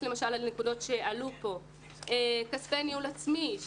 למשל לנקודות שעלו כאן כמו קצה ניהול עצמי,